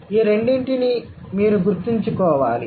ఈ రెండింటి ని మీరు గుర్తుంచుకోవాలి